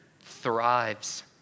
thrives